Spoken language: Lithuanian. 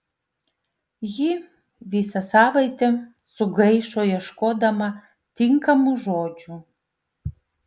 ji visą savaitę sugaišo ieškodama tinkamų žodžių